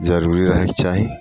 जरूरी रहयके चाही